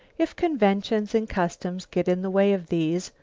if conventions and customs get in the way of these,